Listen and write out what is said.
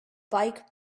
bike